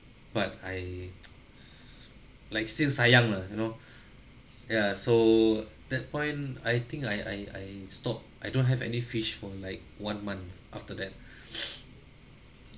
but I s~ like still sayang lah you know ya so that point I think I I I stop I don't have any fish for like one month after that